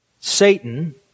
Satan